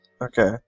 Okay